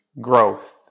growth